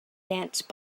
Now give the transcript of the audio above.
dance